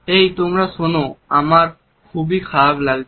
এই তোমরা শোনো আমাদের খুবই খারাপ লাগছে